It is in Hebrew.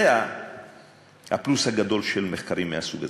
זה הפלוס הגדול של מחקרים מהסוג הזה,